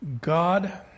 God